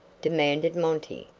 demanded monty,